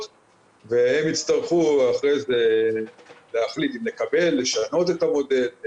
והם יצטרכו אחר כך להחליט אם לקבל או לשנות את המודל.